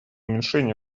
уменьшение